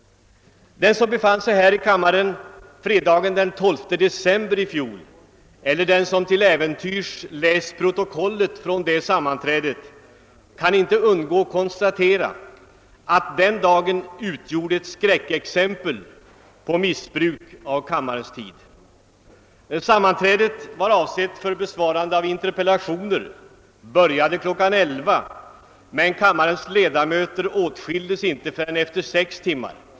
Den som befann sig här i kammaren fredagen den 12 december i fjol eller den som till äventyrs läst protokollet från det sammanträdet kan inte undgå att konstatera, att den dagen utgjorde ett skräckexempel på missbruk av kammarens tid. Sammanträdet var avsett för besvarande av interpellationer. Det började kl. 11, men kammarens ledamöter åtskiljdes inte förrän efter sex timmar.